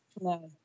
No